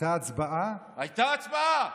הייתה הצבעה.